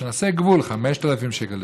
שנעשה גבול: 5,000 שקל,